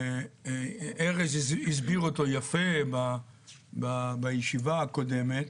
שארז הסביר אותו יפה בישיבה הקודמת.